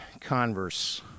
Converse